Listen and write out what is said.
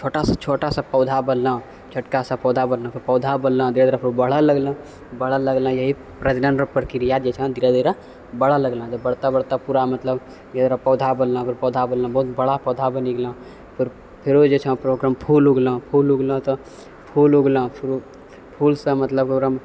छोटा सा छोटा सा पौधा बनलँ छोटकासँ पौधा बनलँ पौधा बनलँ धीरे धीरे फेरु उ बढ़ै लगलै बढ़ै लगलै यही प्रजनन रऽ प्रक्रिया जे छँ धीरे धीरे बढ़ै लगलँ बढ़ते बढ़ते पूरा मतलब पौधा बनलँ फेर पौधा बनलै बहुत बड़ा पौधा बनि गेलै फेर फेरो जे छँ फेर ओकरामे फूल उगलँ फूल उगलँ तऽ फूल उगलँ फेरु फूलसँ मतलब ओकरामे